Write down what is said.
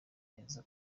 neza